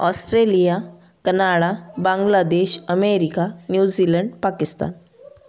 Australia Canada Bangladesh America New Zealand Pakistan